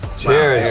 cheers.